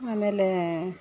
ಆಮೇಲೆ